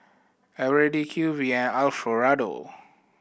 Eveready Q V and Alfio Raldo